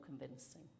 convincing